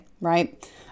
right